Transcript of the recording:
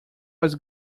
was